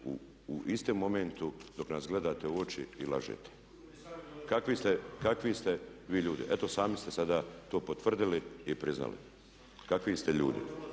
u istom momentu dok nas gledate u oči i lažete? Kakvi ste vi ljudi? Eto sami ste sada to potvrdili i priznali. Kakvi ste ljudi?